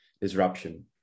disruption